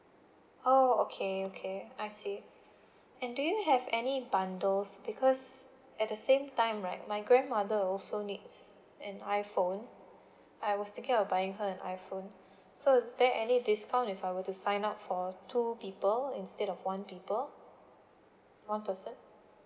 oh okay okay I see and do you have any bundles because at the same time right my grandmother also needs an iPhone I was thinking of buying her an iPhone so is there any discount if I were to sign up for two people instead of one people one person